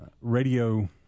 Radio